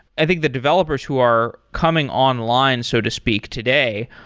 i think the developers who are coming online, so to speak today,